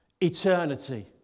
eternity